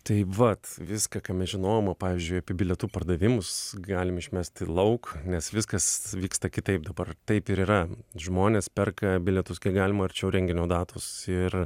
tai vat viską ką mes žinojom pavyzdžiui apie bilietų pardavimus galime išmesti lauk nes viskas vyksta kitaip dabar taip ir yra žmonės perka bilietus kiek galima arčiau renginio datos ir